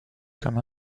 comme